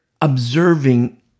observing